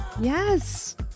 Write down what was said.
Yes